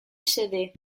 xede